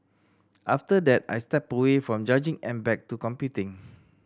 after that I stepped away from judging and back to competing